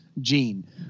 gene